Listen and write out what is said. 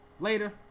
Later